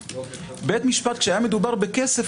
כשהיה מדובר בכסף,